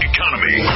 Economy